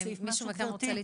מישהו מכם רוצה להתייחס?